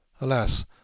Alas